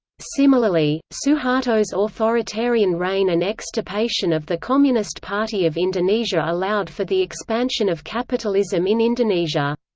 similarly, suharto's authoritarian reign and extirpation of the communist party of indonesia allowed for the expansion of capitalism in indonesia.